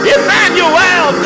Emmanuel